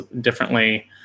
differently